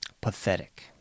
Pathetic